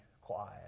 quiet